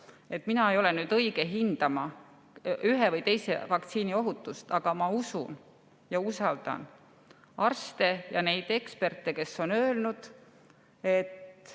Mina ei ole õige hindama ühe või teise vaktsiini ohutust, aga ma usun ja usaldan arste ja neid eksperte, kes on öelnud, et